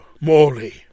Morley